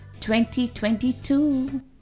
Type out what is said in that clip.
2022